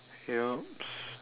yups